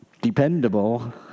dependable